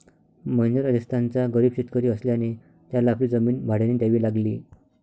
महेंद्र राजस्थानचा गरीब शेतकरी असल्याने त्याला आपली जमीन भाड्याने द्यावी लागली